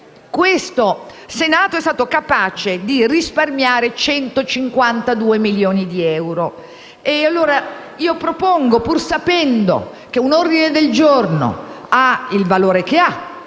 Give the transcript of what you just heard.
questo Senato è stato capace di risparmiare 152 milioni di euro. Propongo allora, pur sapendo che un ordine del giorno ha il valore che ha